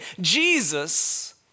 Jesus